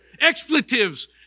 Expletives